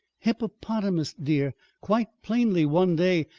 hippopotamus, dear quite plainly one day,